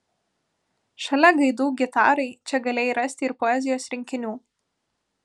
šalia gaidų gitarai čia galėjai rasti ir poezijos rinkinių